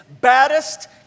baddest